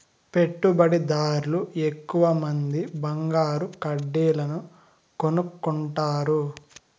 పెట్టుబడిదార్లు ఎక్కువమంది బంగారు కడ్డీలను కొనుక్కుంటారు